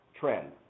trend